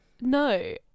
No